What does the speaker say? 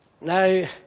Now